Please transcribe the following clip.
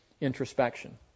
introspection